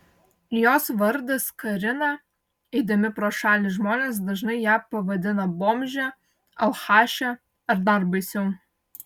jos vardas karina eidami pro šalį žmonės dažnai ją pavadina bomže alchaše ar dar baisiau